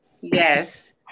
yes